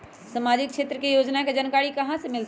सामाजिक क्षेत्र के योजना के जानकारी कहाँ से मिलतै?